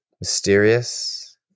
mysterious